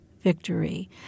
victory